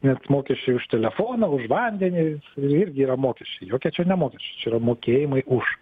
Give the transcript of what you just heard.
nes mokesčiai už telefoną už vandenį irgi yra mokesčiai jokie čia ne mokesčiai čia yra mokėjimai už